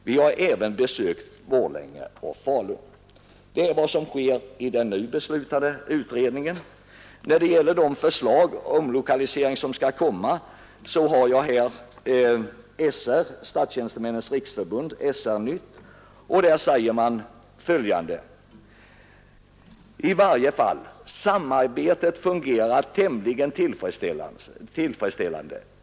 Vi har även besökt Borlänge och Falun.” Det är vad som sker i den nu beslutade utredningen. När det gäller de förslag till omlokalisering som väntas så har jag här Statstjänstemännens riksförbunds tidning, SR-nytt nr 1 1972. Där säger man följande: ”I varje fall: samarbetet fungerar tämligen tillfredsställande.